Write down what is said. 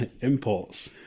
imports